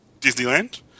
Disneyland